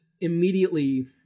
immediately